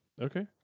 Okay